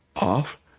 off